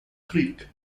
creek